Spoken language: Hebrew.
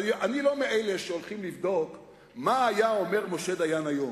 אני לא מאלה שהולכים לבדוק מה היה אומר משה דיין היום.